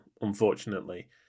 unfortunately